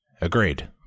Agreed